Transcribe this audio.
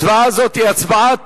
הצבעה זו היא הצבעת